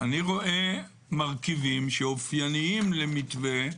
אני רואה מרכיבים שאופייניים למתווה,